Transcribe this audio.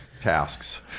tasks